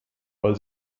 weil